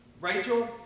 Rachel